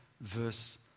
verse